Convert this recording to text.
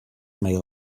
may